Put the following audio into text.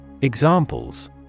Examples